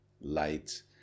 light